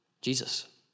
Jesus